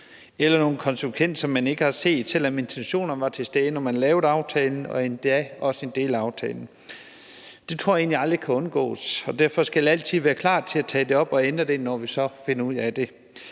eller nogle konsekvenser, man ikke har forudset, selv om intentionerne var til stede, da man lavede aftalen – og endda også dele af aftalen. Det tror jeg egentlig aldrig kan undgås, og derfor skal vi altid være klar til at tage det op og ændre det, når vi så finder ud af det.